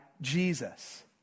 Jesus